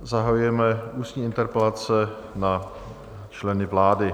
Zahajujeme ústní interpelace na členy vlády.